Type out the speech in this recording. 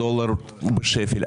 הדולר בשפל,